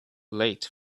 late